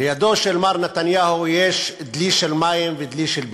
ליד מר נתניהו יש דלי של מים ודלי של בנזין,